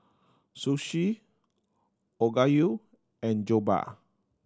Sushi Okayu and Jokbal